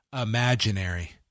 imaginary